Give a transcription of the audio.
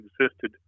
existed